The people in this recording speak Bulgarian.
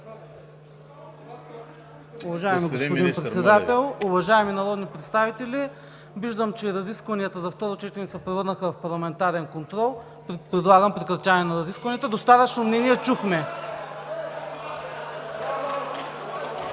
Уважаеми господин Председател, уважаеми народни представители! Виждам, че разискванията за второ четене се превърнаха в парламентарен контрол. Предлагам прекратяване на разискванията. (Силен шум